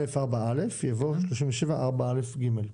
יבוא "37א4ג".